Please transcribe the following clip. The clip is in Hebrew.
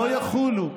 לא יחולו,